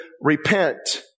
Repent